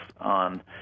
on